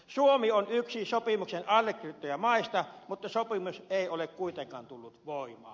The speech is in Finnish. suomi on yksi sopimuksen allekirjoittajamaista mutta sopimus ei ole kuitenkaan tullut voimaan